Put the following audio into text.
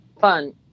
fun